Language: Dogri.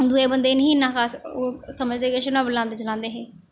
दूए बंदे गी निं इन्ना खास ओह् समझदे ना किश बलांदे चलांदे हे